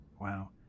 Wow